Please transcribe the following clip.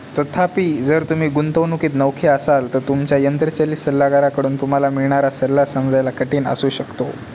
तथापि जर तुम्ही गुंतवणुकीत नवखे असाल तर तुमच्या यंत्रचलित सल्लागाराकडून तुम्हाला मिळणारा सल्ला समजायला कठीण असू शकतो